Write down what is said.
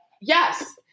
Yes